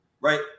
right